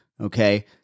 okay